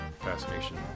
Fascination